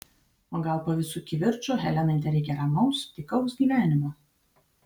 o gal po visų kivirčų helenai tereikia ramaus tykaus gyvenimo